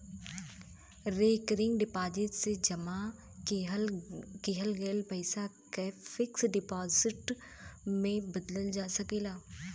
recurring deposit से जमा किहल गयल पइसा के फिक्स डिपाजिट में बदलल जा सकला